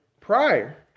prior